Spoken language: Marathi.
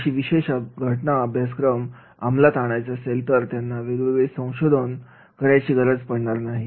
अशा विशेष घटना अभ्यासक्रम अमलात आणत असेल तर त्यांना वेगळे संशोधन करायची गरज पडणार नाही